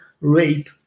rape